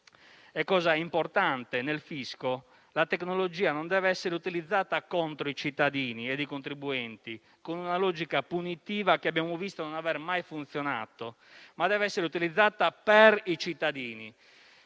e, cosa importante nel fisco, la tecnologia non deve essere utilizzata contro i cittadini e i contribuenti, con una logica punitiva che abbiamo visto non aver mai funzionato, ma deve essere utilizzata per i cittadini,